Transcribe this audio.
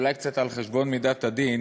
אולי קצת על חשבון מידת הדין,